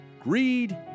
greed